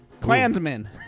Clansmen